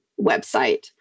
website